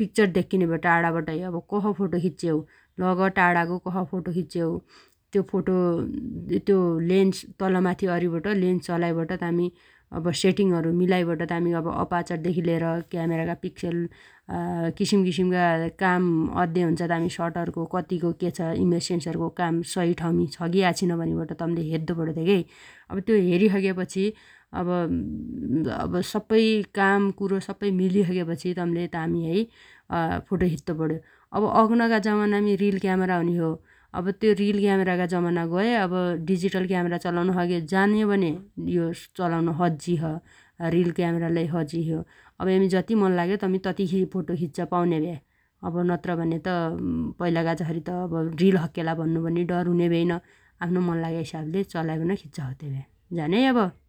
पिक्चर धेक्किनेभ्यो टाणाबटहै अब कस फोटो खिच्चे हौ । लग टाणागो कस फोटो खिच्चेहौ त्यो फोटो त्यो लेन्स तलमाथी अरिबट लेन्स चलाइबट तामी अब सेटिङहरु मिलाइबट तामी अपाचर धेगी लिएर क्यामरागा पिक्सेल किसिमकिसिमगा काम अद्दे हुन्छ तामी सटर गो कतिगो क्याछ इमेज सेन्सरगो काम सहि ठाउमी छ गी आछिन भनिबट तम्ले हेद्दो पण्यो धेगेइ । त्यो हेरिसगेपछि अब सप्पै काम कुणो सप्पै मिलिसगेपछि तम्ले तामीहै फोटो खित्तो पण्यो । अब अग्नगा जमानामी रिल क्यामरा हुन्योछ्यो । अब त्यो रिल क्यामरागा जमाना गया अब डिजिटल क्यामरा चलाउन सगे जान्यो भने यो चलाउनो सज्जी छ । रिल क्यामरा लै सजी छ्यो । अब यमी जति मन लाग्यो तमी तती फोटो खिच्च पाउन्या भ्या । अब नत्रभने त पैलागा जसरी त रिल सक्केला भन्नो पनि डर हुन्या भ्यैन । आफ्नो मन लाग्या हिसाबले चलाइबन खिच्च सक्त्या भ्या । जानेइ अब?